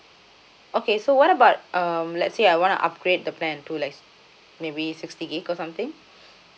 okay so what about um let's say I wanna upgrade the plan to like maybe sixty gigabyte or something